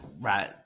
right